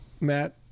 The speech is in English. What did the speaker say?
matt